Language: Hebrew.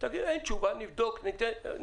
תאמרו